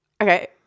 okay